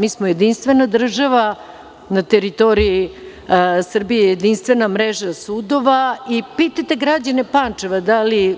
Mi smo jedinstvena država, na teritoriji Srbije jedinstvena mreža sudova i pitajte građane Pančeva da li